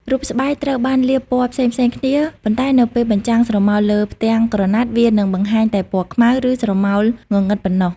រូបស្បែកត្រូវបានលាបពណ៌ផ្សេងៗគ្នា ប៉ុន្តែនៅពេលបញ្ចាំងស្រមោលលើផ្ទាំងក្រណាត់ វានឹងបង្ហាញតែពណ៌ខ្មៅ ឬស្រមោលងងឹតប៉ុណ្ណោះ ។